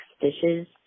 dishes